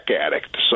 addict